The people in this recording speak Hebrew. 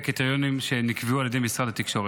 הקריטריונים שנקבעו על ידי משרד התקשורת.